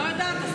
את לא יודעת?